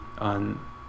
on